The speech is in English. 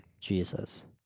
Jesus